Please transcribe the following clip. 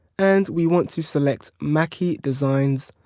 and we want to select mackie designs.